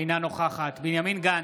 אינה נוכחת בנימין גנץ,